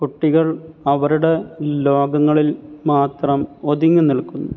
കുട്ടികൾ അവരുടെ ലോകങ്ങളിൽ മാത്രം ഒതുങ്ങി നിൽക്കുന്നു